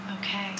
Okay